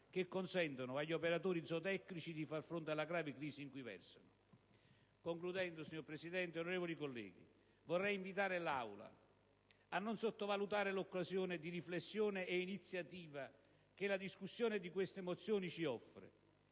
che consentano agli operatori zootecnici di far fronte alla grave crisi in cui versano. Concludendo, signora Presidente, onorevoli colleghi, vorrei invitare l'Aula a non sottovalutare l'occasione di riflessione e iniziativa che la discussione di queste mozioni ci offre,